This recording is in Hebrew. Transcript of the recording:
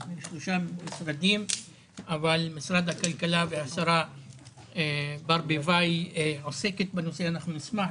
של משרד הכלכלה תמיד הייתה לי תחושה שהוא לא מממש